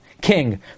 king